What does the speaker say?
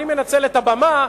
אני מנצל את הבמה,